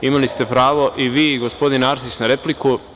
Imali ste pravo i vi i gospodin Arsić na repliku.